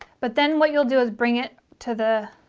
but then what you'll do is bring it to the